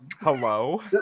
Hello